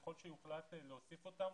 ככל שיוחלט להוסיף אותם,